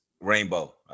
rainbow